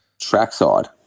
Trackside